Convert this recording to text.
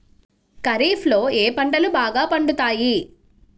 ఖరీఫ్లో ఏ పంటలు బాగా పండుతాయి?